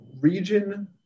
region